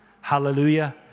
Hallelujah